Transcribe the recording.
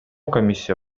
комиссия